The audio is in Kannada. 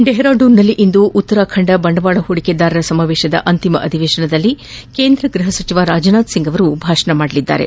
ಡೆಹರಾಡೂನ್ನಲ್ಲಿಂದು ಉತ್ತರಾಖಂಡ ಬಂಡವಾಳ ಹೂಡಿಕೆದಾರರ ಸಮಾವೇಶದ ಅಂತಿಮ ಅಧಿವೇಶನದಲ್ಲಿ ಕೇಂದ್ರ ಗ್ಬಹ ಸಚಿವ ರಾಜನಾಥ್ಸಿಂಗ್ ಭಾಷಣ ಮಾಡಲಿದ್ದಾರೆ